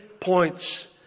points